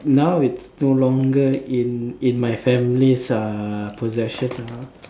uh now it's no longer in in my family's uh possession ah